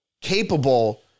capable